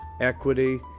equity